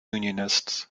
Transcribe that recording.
unionists